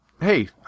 hey